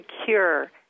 secure